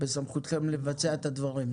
בסמכותכם לבצע את הדברים.